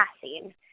passing